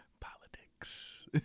Politics